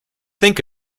think